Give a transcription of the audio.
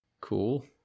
Cool